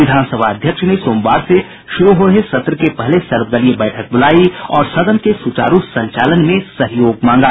विधान सभा अध्यक्ष ने सोमवार से शुरू हो रहे सत्र के पहले सर्वदलीय बैठक बुलायी और सदन के सुचारू संचालन में सहयोग मांगा